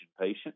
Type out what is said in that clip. patient